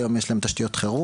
היום יש להם תשתיות חירום,